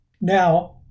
Now